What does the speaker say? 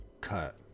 cut